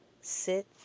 sit